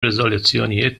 riżoluzzjonijiet